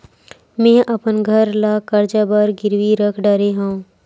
मेहा अपन घर ला कर्जा बर गिरवी रख डरे हव